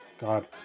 God